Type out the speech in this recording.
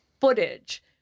footage